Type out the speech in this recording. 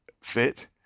fit